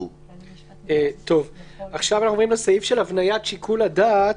אנחנו עוברים לסעיף של הבניית שיקול הדעת,